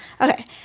Okay